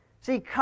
See